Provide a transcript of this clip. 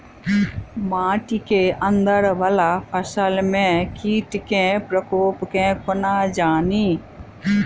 माटि केँ अंदर वला फसल मे कीट केँ प्रकोप केँ कोना जानि?